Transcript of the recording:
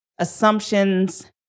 assumptions